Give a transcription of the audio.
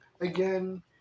Again